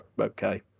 okay